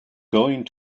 going